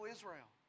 Israel